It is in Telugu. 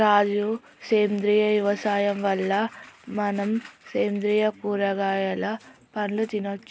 రాజు సేంద్రియ యవసాయం వల్ల మనం సేంద్రియ కూరగాయలు పండ్లు తినచ్చు